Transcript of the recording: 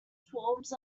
forms